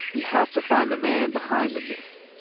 we have to find the man behind the myth